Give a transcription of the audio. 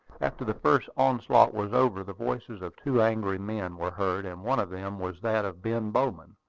after the first onslaught was over, the voices of two angry men were heard and one of them was that of ben bowman.